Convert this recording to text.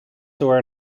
store